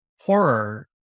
horror